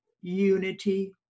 Unity